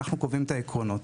אנחנו קובעים את העקרונות.